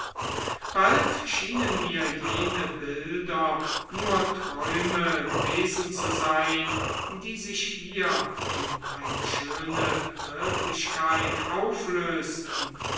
bald schienen mir jene bilder nur träume gewesen zu sein die sich hier in eine schöne wirklichkeit auflösten